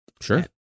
Sure